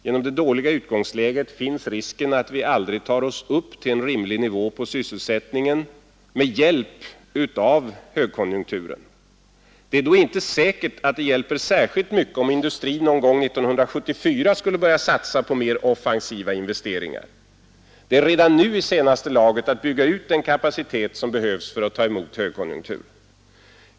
Genom det dåliga utgångsläget finns risken för att vi aldrig tar oss upp till en rimlig nivå på sysselsättningen med hjälp av högkonjunkturen. Det är då inte säkert att det hjälper särskilt mycket, om industrin någon gång år 1974 skulle börja satsa på mer offensiva investeringar. Det är redan nu i senaste laget att bygga ut den kapacitet som behövs för att ta emot högkonjunkturen.